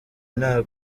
nta